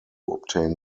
obtain